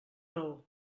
raó